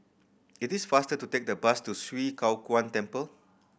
it is faster to take the bus to Swee Kow Kuan Temple